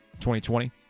2020